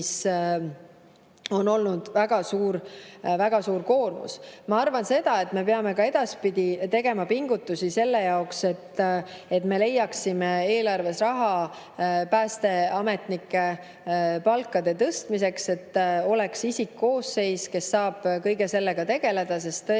on olnud väga suur koormus. Ma arvan, et me peame ka edaspidi tegema pingutusi selle nimel, et leiaksime eelarves raha päästeametnike palkade tõstmiseks, et oleks isikkoosseis, kes saaks kõige sellega tegeleda. Sest tõesti,